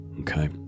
okay